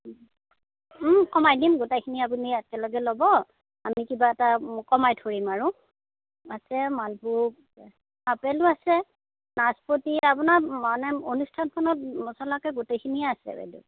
ওম কমাই দিম গোটেইখিনি আপুনি একেলগে ল'ব আমি কিবা এটা কমাই ধৰিম আৰু আছে মালভোগ আছে আপেলো আছে নাচপতি আপোনাৰ মানে অনুষ্ঠানখনত চলাকৈ গোটেইখিনিয়ে আছে বাইদেউ